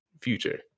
future